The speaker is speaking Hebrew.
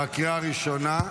בקריאה הראשונה.